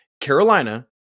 Carolina